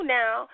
now